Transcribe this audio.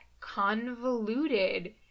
convoluted